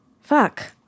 Fuck